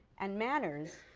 and manners,